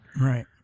Right